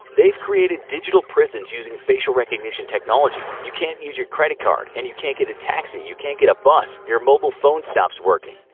they've created digital prisons using facial recognition technology. you can't use your credit card, and you can't get a taxi, you can't get a bus, your mobile phone stops working.